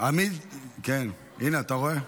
הינה אתה רואה,